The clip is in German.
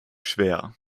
schwer